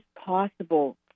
possible